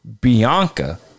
Bianca